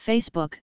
Facebook